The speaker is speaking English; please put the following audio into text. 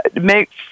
makes